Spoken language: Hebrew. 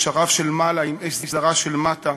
ושרב של מעלה עם אש זרה של מטה